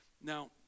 Now